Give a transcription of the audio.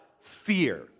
fear